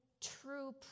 true